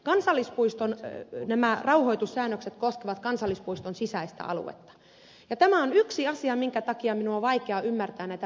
kansallispuiston nämä rauhoitussäännökset koskevat kansallispuiston sisäistä aluetta ja tämä on yksi asia minkä takia minun on vaikea ymmärtää näitä pelkoja